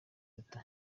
biruta